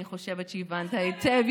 אני חושבת שהבנת היטב,